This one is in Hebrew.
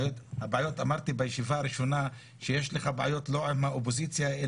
אמרתי בישיבה הראשונה שיש לך בעיות לא עם האופוזיציה,